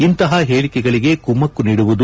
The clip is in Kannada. ಇಂತಹ ಹೇಳಿಕೆಗಳಿಗೆ ಕುಮ್ಮಕ್ಕು ನೀಡುವುದು